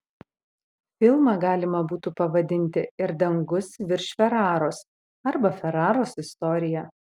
filmą galima būtų pavadinti ir dangus virš feraros arba feraros istorija